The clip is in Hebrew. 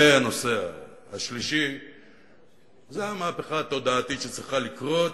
והנושא השלישי זה המהפכה התודעתית שצריכה לקרות,